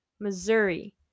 Missouri